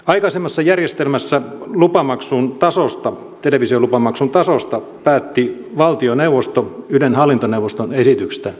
aikaisemmassa järjestelmässä televisiolupamaksun tasosta päätti valtioneuvosto ylen hallintoneuvoston esityksestä